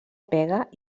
pega